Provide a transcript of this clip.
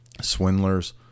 swindlers